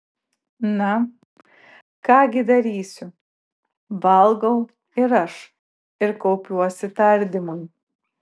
na ką gi darysiu valgau ir aš ir kaupiuosi tardymui